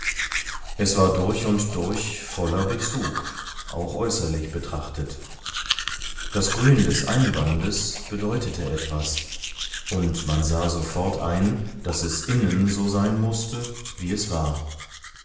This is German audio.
es war durch und durch voller bezug auch äußerlich betrachtet das grün des einbandes bedeutete etwas und man sah sofort ein daß es innen so sein mußte wie es war